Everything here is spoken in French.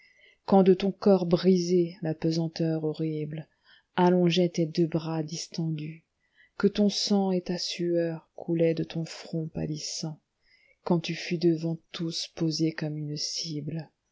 quand de ton corps brisé la pesanteur horrible allongeait tes deux bras distendus que ton sanget ta sueur coulaient de ton front pâlissant quand tu fus devant tous posé comme une cible